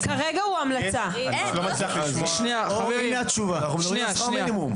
אנחנו מדברים על שכר מינימום.